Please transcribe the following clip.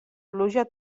pluja